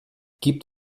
gibt